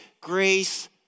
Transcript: grace